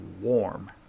warm